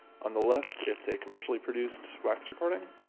on the left it's a commercially produced wax recording,